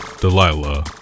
Delilah